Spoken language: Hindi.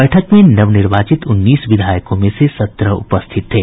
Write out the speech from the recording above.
बैठक में नवनिर्वाचित उन्नीस विधायकों में से सत्रह उपस्थित थे